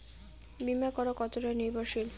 বীমা করা কতোটা নির্ভরশীল?